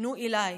פנו אליי.